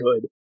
good